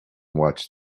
watch